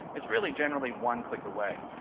is really generally one click away,